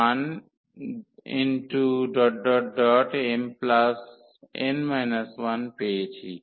mm1mn 1 পেয়েছি